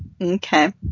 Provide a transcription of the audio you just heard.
Okay